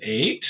eight